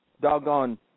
doggone